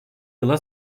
yıla